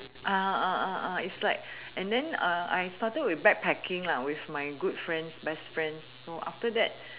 it's like and then I started with backpacking with my good friends best friends so after that